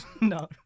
no